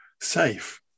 safe